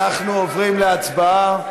אנחנו עוברים להצבעה.